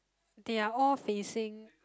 they are all facing